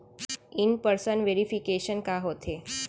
In person verification का होथे?